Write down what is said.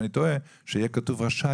שיהיה כתוב "רשאי",